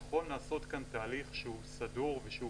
נכון לעשות כאן תהליך שהוא סדור ושהוא